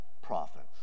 Prophets